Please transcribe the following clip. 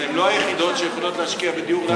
אבל הן לא היחידות שיכולות להשקיע בדיור להשכרה.